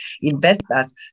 investors